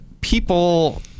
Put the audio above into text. people